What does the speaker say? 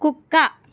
కుక్క